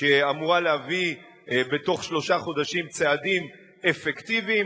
שאמורה להביא בתוך שלושה חודשים צעדים אפקטיביים.